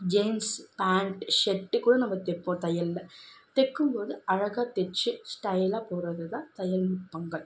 gents pant ஷர்ட்டுக்கூட நம்ம தைப்போம் தையலில் தைக்கும் போது அழகாக தைச்சி ஸ்டைலாக போகிடுறதுதான் தையல் நுட்பங்கள்